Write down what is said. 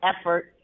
effort